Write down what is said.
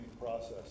process